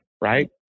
right